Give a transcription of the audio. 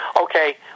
okay